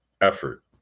effort